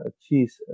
cheese